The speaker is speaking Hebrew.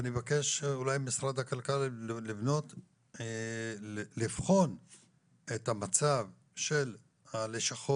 ואני אבקש אולי ממשרד הכלכלה לבחון את המצב של הלשכות